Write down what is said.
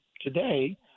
today